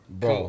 bro